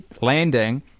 landing